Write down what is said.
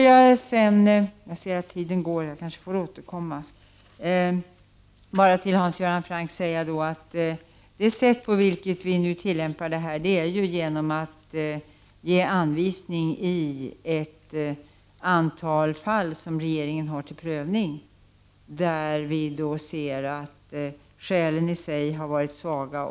Jag vill sedan till Hans Göran Franck säga att det sätt på vilket vi nu tillämpar detta är att ge anvisningar i ett antal fall som vi i regeringen har till prövning, där vi ser att skälen i sig har varit svaga.